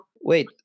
Wait